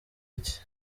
iki